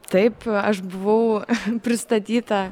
taip aš buvau pristatyta